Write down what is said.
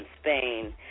Spain